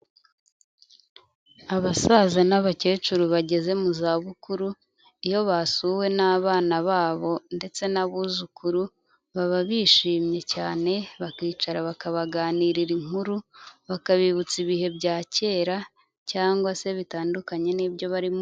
Abasaza n'abakecuru bageze mu zabukuru, iyo basuwe n'abana babo ndetse n'abuzukuru, baba bishimye cyane bakicara bakabaganirira inkuru, bakabibutsa ibihe bya kera cyangwa se bitandukanye n'ibyo barimo.